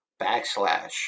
backslash